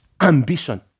ambition